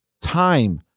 time